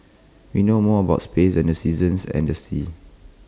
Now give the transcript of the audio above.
we know more about space than the seasons and the seas